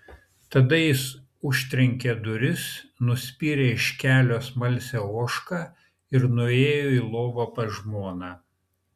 tada jis užtrenkė duris nuspyrė iš kelio smalsią ožką ir nuėjo į lovą pas žmoną